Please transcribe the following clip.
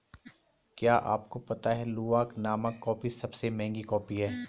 क्या आपको पता है लूवाक नामक कॉफ़ी सबसे महंगी कॉफ़ी है?